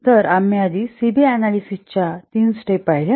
तर आम्ही आधी सी बी अनॅलिसिस च्या तीन स्टेप पहिल्या